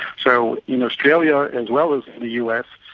so in australia as well as the us,